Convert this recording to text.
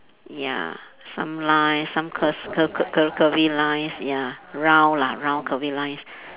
ya some lines some curs~ cur~ cur~ curvy lines ya round lah round curvy lines